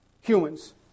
humans